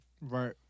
Right